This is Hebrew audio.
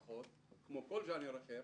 כמו כל ז'אנר אחר